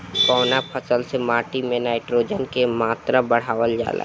कवना फसल से माटी में नाइट्रोजन के मात्रा बढ़ावल जाला?